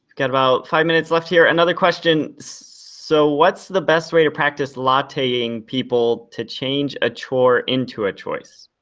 got about five minutes left here. another question, so what's the best way to practice latteing people to change a chore into a choice?